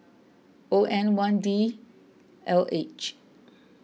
O N one D L H